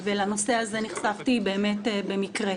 ולנושא הזה נחשפתי באמת במקרה.